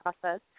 process